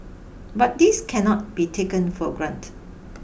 but this cannot be taken for granted